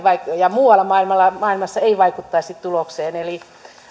ja muualla maailmassa biologia ei vaikuttaisi tulokseen